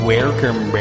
Welcome